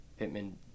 Pittman